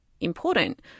important